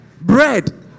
bread